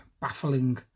baffling